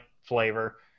flavor